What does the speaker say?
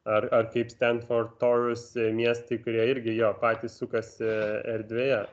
ar ar kaip stendfort toris miestai kurie irgi jo patys sukasi erdvėje